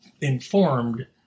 informed